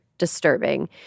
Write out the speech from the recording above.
Disturbing